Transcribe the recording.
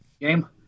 Game